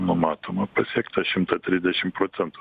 numatoma pasiekt tą šimtą trisdešim procentų